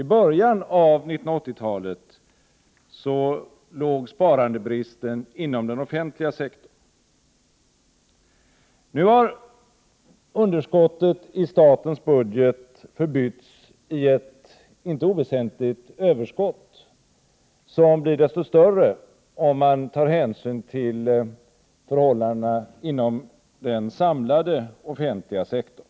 I början av 1980-talet fanns sparandebristen inom den offentliga sektorn. Nu har underskottet i statens budget förbytts till ett icke oväsentligt överskott. Det blir desto större om man tar hänsyn till förhållandena inom den samlade offentliga sektorn.